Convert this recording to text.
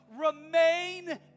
Remain